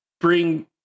bring